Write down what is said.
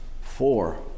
Four